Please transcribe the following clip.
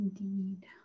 Indeed